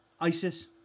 Isis